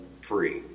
free